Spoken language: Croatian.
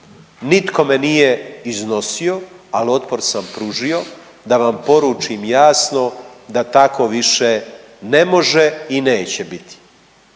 nitko me nije iznosio, ali otpor sam pružio da vam poručim jasno da tako više ne može i neće biti.